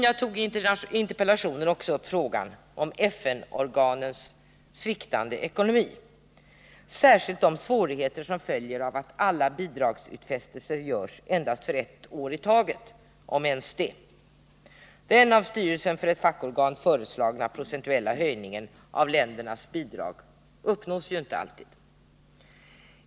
Jag tog i interpellationen också upp frågan om FN-organens sviktande ekonomi, särskilt de svårigheter som följer av att alla bidragsutfästelser görs endast för ett år i taget — om ens det. Den av styrelsen för ett fackorgan föreslagna procentuella höjningen av ländernas bidrag uppnås inte alltid.